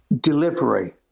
delivery